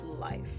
life